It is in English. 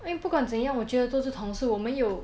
因为不管怎样我觉得都是同事我们有